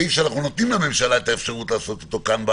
שאנחנו נותנים לממשלה את האפשרות לעשות כאן,